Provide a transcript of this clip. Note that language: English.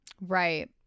Right